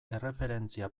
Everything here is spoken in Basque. erreferentzia